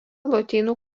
lotynų